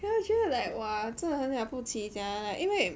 我觉得 like !wah! 真的很了不起 sia lah like 因为